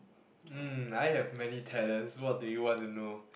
mm I have many talents what do you want to know